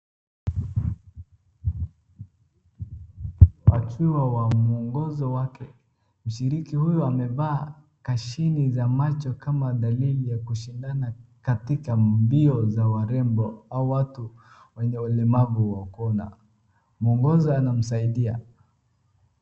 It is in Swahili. Akiwa na mwongozo wake, mshiriki huyu amevaa kashini za macho kama dalili ya kushindana katika mbio za warembo au watu wenye ulemavu wa kuona. Mwongozo anamsaidia.